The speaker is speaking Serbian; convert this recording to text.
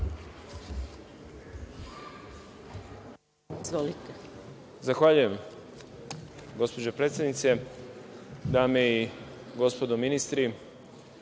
Zahvaljujem. gospođo predsednice. Dame i gospodo ministri,